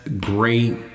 great